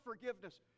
forgiveness